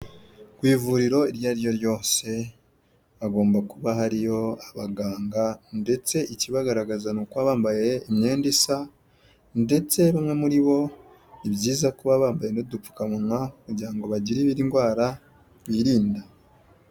Ku ivuriro iryo ari ryo ryose hagomba kuba hariyo abaganga ndetse ikibagaragaza ni uko baba bambaye imyenda isa ndetse bamwe muri bo ni byiza kuba bambaye n'udupfukamunwa kugira ngo bagire indwara birinda.